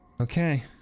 Okay